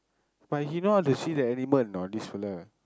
but he know how to see the animal or not this fella